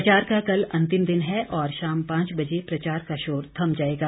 प्रचार का कल अंतिम दिन है और शाम पांच बजे प्रचार का शोर थम जाएगा